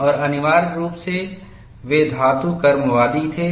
और अनिवार्य रूप से वे धातुकर्मवादी थे